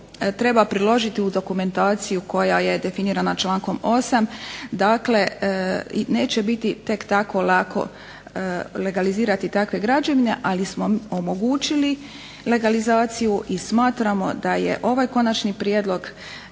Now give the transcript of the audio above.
treba priložiti uz dokumentaciju koja je definirana člankom 8. Dakle neće biti tek tako lako legalizirati takve građevine, ali smo omogućili legalizaciju i smatramo da je ovaj konačni prijedlog